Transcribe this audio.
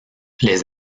les